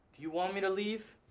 you want me to leave?